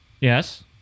yes